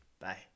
Bye